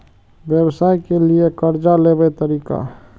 व्यवसाय के लियै कर्जा लेबे तरीका?